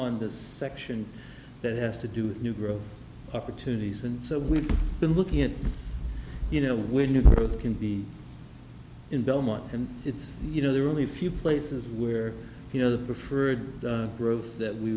on this section that has to do with new growth opportunities and so we've been looking at you know when you both can be in belmont and it's you know there are only a few places where you know the preferred growth that we